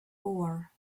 four